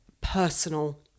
personal